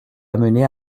amené